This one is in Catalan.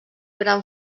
gran